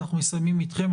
ואנחנו מסיימים איתכם.